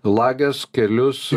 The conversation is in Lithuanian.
lages kelius